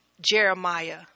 Jeremiah